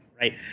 Right